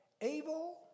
able